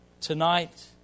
Tonight